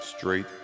Straight